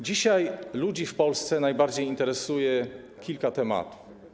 Dzisiaj ludzi w Polsce najbardziej interesuje kilka tematów.